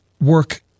work